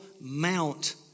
Mount